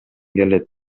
келет